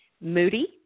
moody